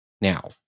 now